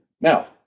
Now